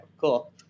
Cool